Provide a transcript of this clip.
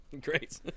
Great